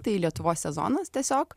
tai lietuvos sezonas tiesiog